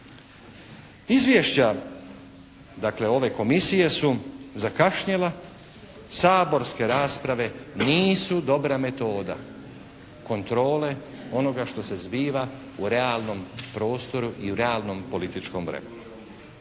Izvješća dakle, ove Komisije su zakašnjela. Saborske rasprave nisu dobra metoda kontrole onoga što se zbiva u realnom prostoru i u realnom političkom vremenu.